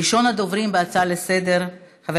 ראשון הדוברים בהצעות לסדר-היום,